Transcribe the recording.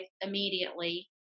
immediately